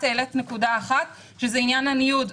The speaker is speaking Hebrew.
את העלית נקודה אחת, שזה עניין הניוד.